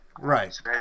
Right